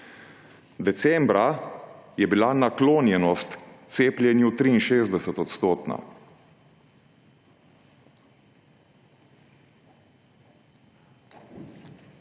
Decembra je bila naklonjenost cepljenju 63-odstotna.